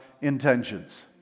intentions